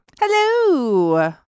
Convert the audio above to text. Hello